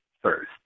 first